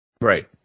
Right